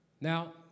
Now